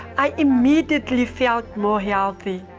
i immediately felt more healthy.